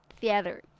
theater